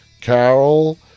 Carol